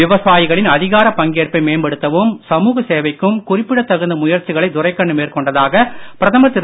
விவசாயிகளின் அதிகாரப் பங்கேற்பை மேம்படுத்தவும் சமூக சேவைக்கும் குறிப்பிடத் தகுந்த முயற்சிகளை துரைக்கண்ணு மேற்கொண்டதாக பிரதமர் திரு